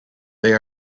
they